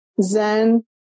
zen